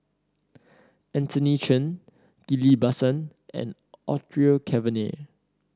Anthony Chen Ghillie Basan and Orfeur Cavenagh